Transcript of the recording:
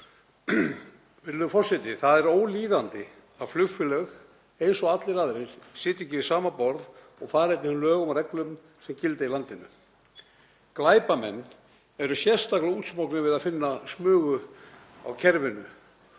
Virðulegur forseti. Það er ólíðandi að flugfélög eins og allir aðrir sitji ekki við sama borð og fari eftir þeim lögum og reglum sem gilda í landinu. Glæpamenn eru sérstaklega útsmognir við að finna smugu á kerfinu